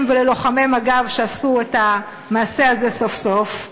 וללוחמי מג"ב שעשו את המעשה הזה סוף-סוף,